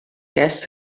guess